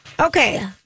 Okay